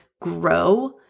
grow